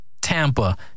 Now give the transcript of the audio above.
Tampa